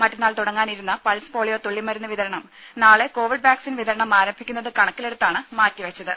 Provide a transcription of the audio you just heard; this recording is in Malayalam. മറ്റന്നാൾ തുടങ്ങാനിരുന്ന പൾസ് പോളിയോ തുള്ളിമരുന്ന് വിതരണം നാളെ കോവിഡ് വാക്സിൻ വിതരണം ആരംഭിക്കുന്നത് കണക്കിലെടുത്താണ് മാറ്റിവെച്ചത്